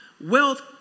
wealth